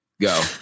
Go